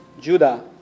Judah